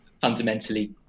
fundamentally